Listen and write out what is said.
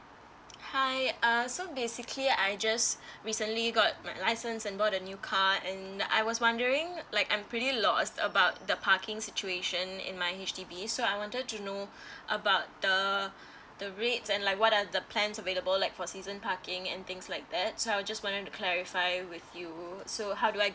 hi err so basically I just recently got my license and bought a new car and I was wondering like I'm pretty lost about the parking situation in my H_D_B so I wanted to know about the the rates and like what are the plans available like for season parking and things like that so I'll just want to clarify with you so how do I